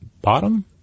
bottom